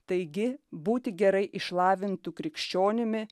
taigi būti gerai išlavintu krikščionimi